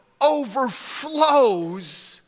overflows